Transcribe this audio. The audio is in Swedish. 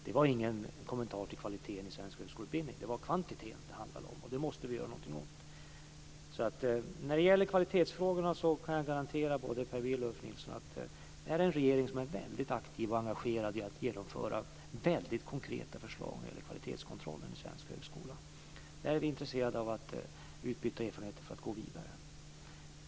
Det var ingen kommentar till kvaliteten i svensk högskoleutbildning. Det var kvantiteten det handlade om, och det måste vi göra någonting åt. När det gäller kvalitetsfrågorna kan jag garantera både Per Bill och Ulf Nilsson att regeringen är väldigt aktiv och engagerad i att genomföra väldigt konkreta förslag till kvalitetskontroll i svensk högskola. Här är vi intresserade av att utbyta erfarenheter för att gå vidare.